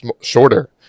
shorter